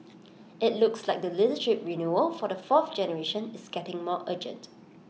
IT looks like the leadership renewal for the fourth generation is getting more urgent